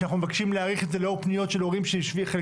שאנחנו מבקשים להאריך את זה לאור פניות של הורים שחלקם,